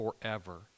forever